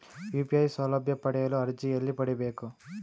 UPI ಸೌಲಭ್ಯ ಪಡೆಯಲು ಅರ್ಜಿ ಎಲ್ಲಿ ಪಡಿಬೇಕು?